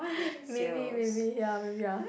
maybe maybe ya maybe ya